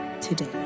today